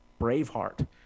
Braveheart